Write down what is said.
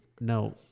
no